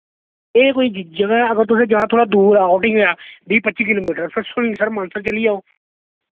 ए कोई जगह अगर तुसैं जाना थोह्ड़ा दूर आउटिंग ऐ बीह् पच्ची किलोमीटर फिर सुरिंसर मानसर चली जाओ